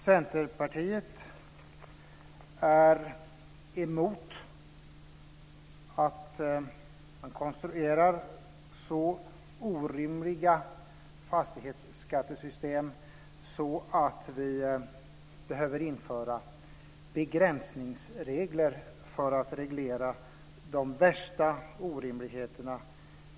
Centerpartiet är emot att konstruera så orimliga fastighetsskattesystem att vi behöver införa begränsningsregler för att reglera de värsta orimligheterna.